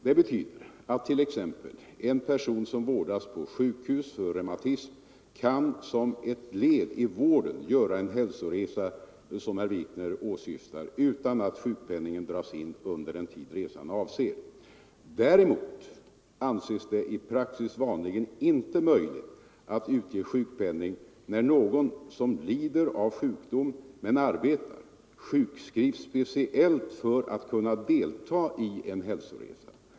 Det betyder att t.ex. en person som vårdas på sjukhus för reumatism kan som ett led i vården göra en sådan hälsoresa som herr Wikner åsyftar utan att sjukpenningen dras in under den tid resan avser. Däremot anses det i praxis vanligen inte möjligt att utge sjukpenning när någon som lider av sjukdom men arbetar sjukskrivs speciellt för att kunna delta i en hälsoresa.